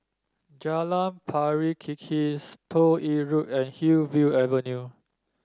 Jalan Pari Kikis Toh Yi Road and Hillview Avenue